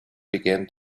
began